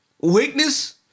weakness